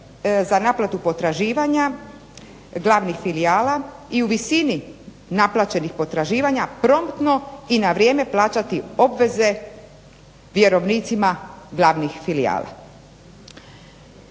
za naplatu potraživanja glavnih filijala i u visini naplaćenih potraživanja promptno i na vrijeme plaćati obveze vjerovnicima glavnih filijala.